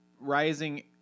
rising